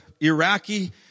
Iraqi